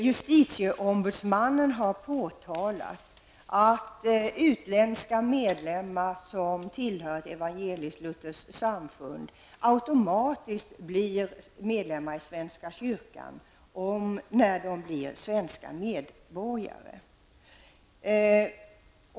Justitieombudsmannen har påtalat att utländska medlemmar som tillhör ett evangeliskt-lutherskt samfund automatiskt blir medlemmar i svenska kyrkan när de blir svenska medborgare.